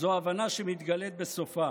ההבנה שמתגלית בסופה,